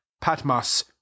Patmos